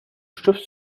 chauves